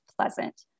pleasant